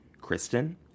Kristen